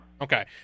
Okay